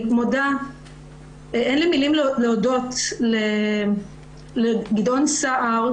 אין לי מילים להודות לחה"כ גדעון סער,